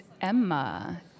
Emma